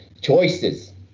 Choices